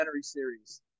series